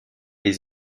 les